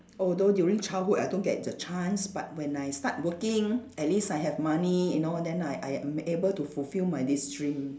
although during childhood I don't get the chance but when I start working at least I have money you know then I I am able to fulfil my this dream